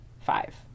five